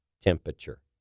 temperature